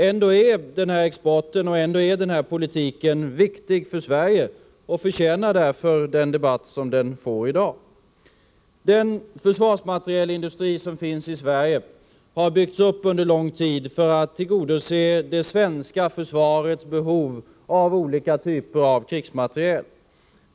Ändå är denna export och denna politik viktig för Sverige, och den förtjänar därför den debatt som den ägnas i dag. Den försvarsmaterielindustri som finns i Sverige har byggts upp under lång tid för att tillgodose det svenska försvarets behov av olika typer av krigsmateriel.